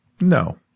No